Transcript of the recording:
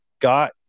got